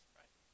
right